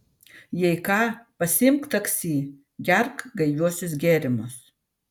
jei ką pasiimk taksi gerk gaiviuosius gėrimus